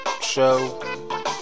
Show